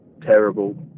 terrible